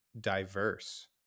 diverse